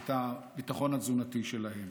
את הביטחון התזונתי שלהם.